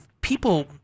people